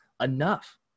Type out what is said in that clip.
enough